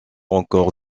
encore